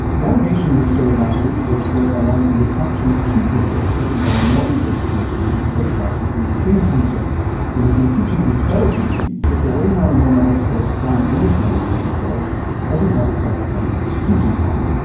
the allegation in the story last week was around the retraction of two papers written by a melbourne based gp who specialises in skin cancer and has been teaching his fellow gps that the way melanoma experts diagnose melanoma spread doesn't have the touted benefits, could do harm,